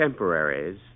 temporaries